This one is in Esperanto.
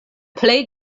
plej